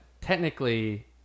technically